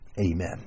Amen